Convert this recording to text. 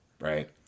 right